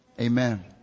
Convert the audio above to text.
Amen